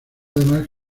además